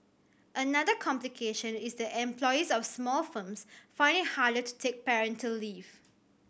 another complication is that employees of small firms find it harder to take parental leave